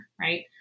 right